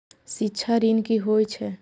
शिक्षा ऋण की होय छै?